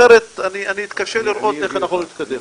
אחרת אני מתקשה לראות איך אנחנו מתקדמים.